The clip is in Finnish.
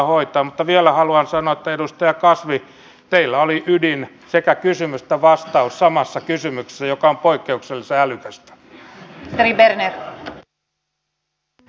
mutta vielä haluan sanoa että edustaja kasvi teillä oli ydin sekä kysymys että vastaus samassa kysymyksessä mikä on poikkeuksellisen älykästä